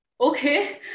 okay